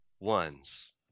ones